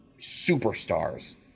superstars